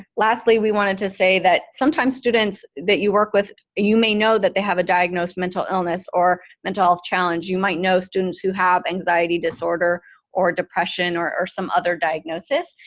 lastly, we wanted to say that sometimes students that you work with, you may know that they have a diagnosed mental illness or mental health challenge. you might know students who have anxiety disorder or depression, or or some other diagnosis,